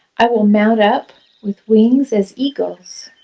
i will mount up with wings as eagles.